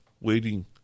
waiting